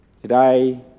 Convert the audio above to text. Today